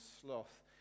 sloth